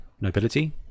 nobility